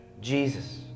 Jesus